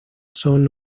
son